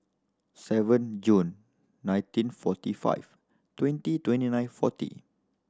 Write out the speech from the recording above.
seven June nineteen forty five twenty twenty nine forty